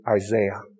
Isaiah